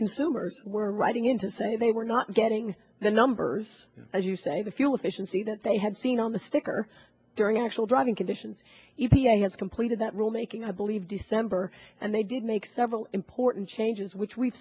consumers were writing in to say they were not getting the numbers as you say the fuel efficiency that they had seen on the sticker during actual driving conditions e p a has completed that rule making i believe december and they did make several important changes which we